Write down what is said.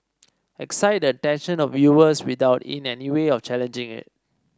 excite the attention of viewers without in any way of challenging it